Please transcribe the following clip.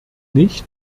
nicht